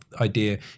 idea